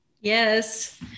Yes